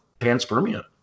panspermia